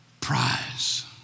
prize